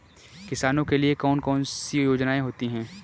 किसानों के लिए कौन कौन सी योजनायें होती हैं?